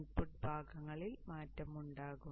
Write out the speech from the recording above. input ഭാഗങ്ങളിൽ മാറ്റമുണ്ടാകും